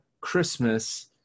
Christmas